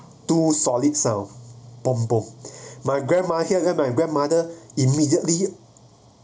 two solid sound pom pom my grandma hear my grandmother immediately